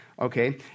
Okay